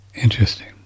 Interesting